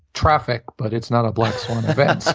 traffic, but it's not a black swan event.